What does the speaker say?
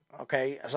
Okay